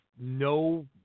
no